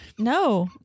No